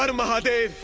but mahadev.